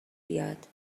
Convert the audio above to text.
بیاد